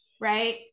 right